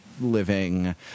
living –